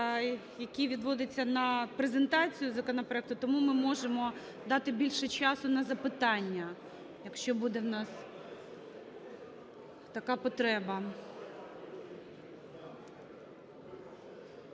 який відводиться на презентацію законопроекту. Тому ми можемо дати більше часу на запитання, якщо буде у нас така потреба.